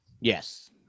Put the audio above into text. Yes